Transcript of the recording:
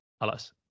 alas